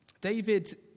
David